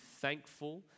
thankful